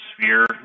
sphere